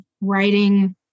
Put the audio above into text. writing